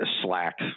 Slack